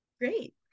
Great